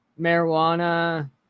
marijuana